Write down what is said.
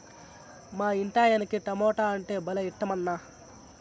మా ఇంటాయనకి టమోటా అంటే భలే ఇట్టమన్నా